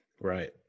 Right